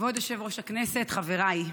כבוד יושב-ראש הכנסת, חבריי,